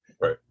Right